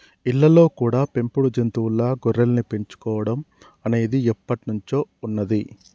ఇళ్ళల్లో కూడా పెంపుడు జంతువుల్లా గొర్రెల్ని పెంచుకోడం అనేది ఎప్పట్నుంచో ఉన్నది